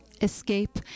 escape